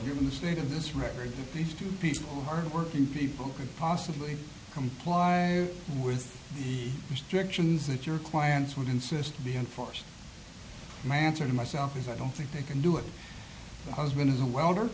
you're in the state of this record that these two people hard working people could possibly comply with restrictions that your clients would insist be enforced my answer to myself is i don't think they can do it the husband is a welder